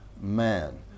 man